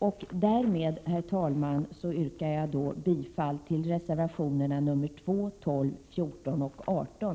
Med detta, herr talman, yrkar jag bifall till reservationerna 2, 12, 14 och 18.